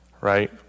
right